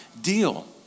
deal